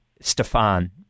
Stefan